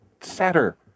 sadder